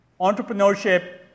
entrepreneurship